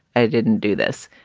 i didn't do this.